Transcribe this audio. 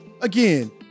again